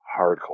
hardcore